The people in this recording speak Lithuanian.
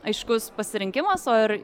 aiškus pasirinkimas o ir